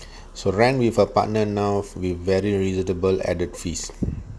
so rent with a partner now with very reasonable added fees